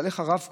אבל איך הרב-קו,